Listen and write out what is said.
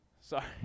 sorry